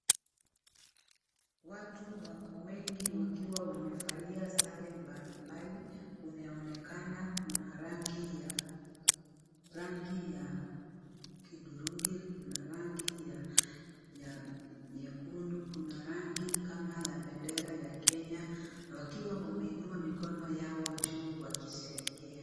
Watu wako wengi wakiwa wamevalia sare mbalimbali, kumeonekana kuna rangi ya kidhurungi, kuna rangi ya nyekundu, kuna rangi kama ya bendera ya Kenya, wakiwa wameinua mikono yao juu wakisherehekea.